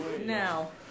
Now